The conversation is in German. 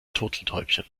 turteltäubchen